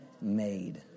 made